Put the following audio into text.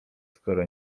skoro